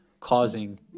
causing